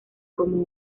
como